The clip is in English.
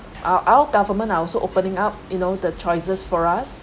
our our government are also opening up you know the choices for us